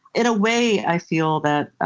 in a way i feel that.